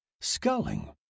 sculling